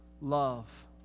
love